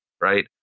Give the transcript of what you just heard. right